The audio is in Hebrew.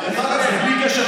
דרך אגב,